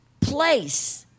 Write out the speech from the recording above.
place